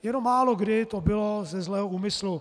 Jenom málokdy to bylo ze zlého úmyslu.